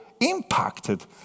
Impacted